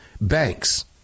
banks